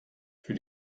für